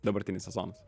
dabartinis sezonas